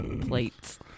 Plates